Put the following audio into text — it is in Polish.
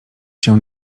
się